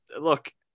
look